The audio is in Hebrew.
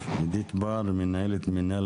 בר, מנהלת מינהל